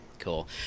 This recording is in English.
cool